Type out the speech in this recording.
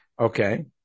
Okay